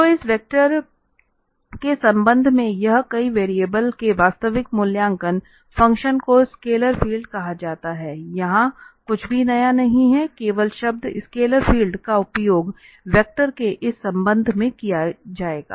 तो इस वेक्टर के संदर्भ में यह कई वेरिएबल के वास्तविक मूल्यवान फ़ंक्शन को स्केलर फील्ड कहा जाता है यहां कुछ भी नया नहीं है केवल शब्द स्केलर फील्ड का उपयोग वेक्टर के इस संदर्भ में किया जाएगा